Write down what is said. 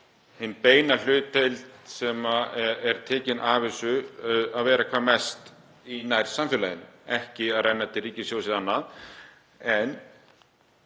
hin beina hlutdeild sem er tekin af þessu að vera hvað mest, í nærsamfélaginu, ekki að renna til ríkissjóðs eða annað.